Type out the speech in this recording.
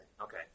Okay